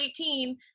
18